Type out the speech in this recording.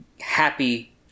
happy